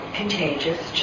contagious